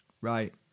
right